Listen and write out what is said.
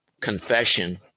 confession